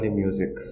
music